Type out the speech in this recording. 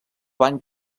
van